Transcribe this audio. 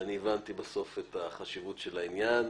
ואני הבנתי בסוף את החשיבות של העניין.